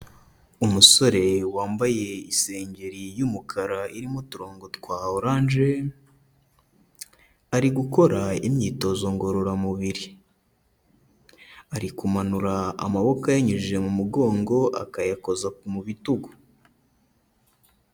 Umusore wambaye isengeri y'umukara irimo uturongo twa oranje, ari gukora imyitozo ngororamubiri, ari kumanura amaboko ayanyujije mu mugongo akayakoza mu bitugu.